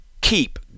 keep